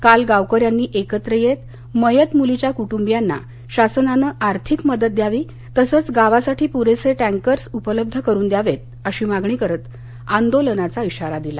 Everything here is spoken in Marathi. काल गावकर्यांानी एकत्र येत मयत मुलीच्या कुट्रंबियांना शासनानं आर्थिक मदत द्यावी तसच गावासाठी पुरेसे टँकर उपलब्ध करुन द्यावेत अशी मागणी करीत आंदोलनाचा इशारा दिला